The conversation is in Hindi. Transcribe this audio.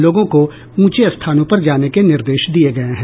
लोगों को ऊंचे स्थानों पर जाने के निर्देश दिये गये हैं